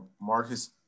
Marcus